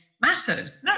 matters